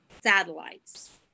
satellites